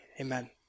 amen